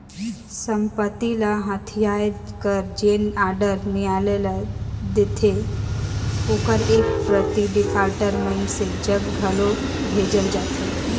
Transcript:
संपत्ति ल हथियाए कर जेन आडर नियालय ल देथे ओकर एक प्रति डिफाल्टर मइनसे जग घलो भेजल जाथे